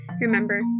Remember